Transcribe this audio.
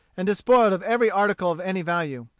and despoiled of every article of any value.